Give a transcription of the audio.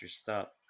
stop